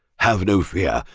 have no fear,